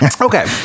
Okay